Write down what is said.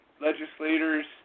legislators